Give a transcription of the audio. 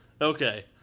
Okay